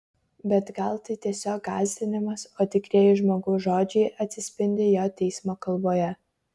bet gal tai tiesiog gąsdinimas o tikrieji žmogaus žodžiai atsispindi jo teismo kalboje